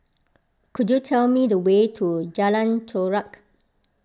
could you tell me the way to Jalan Chorak